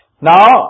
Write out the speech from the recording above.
Now